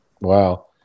Wow